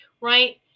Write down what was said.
right